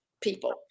people